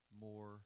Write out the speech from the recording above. more